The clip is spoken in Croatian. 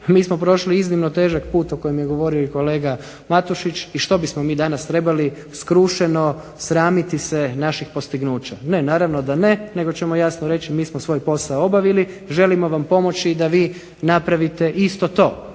mi smo prošli iznimno težak put o kojem je govorio i kolega Matušić, i što bismo mi danas trebali skrušeno sramiti se naših postignuća? Ne, naravno da ne. Nego ćemo jasno reći mi smo svoj posao obavili, želimo vam pomoći da vi napravite isto to,